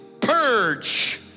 purge